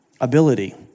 ability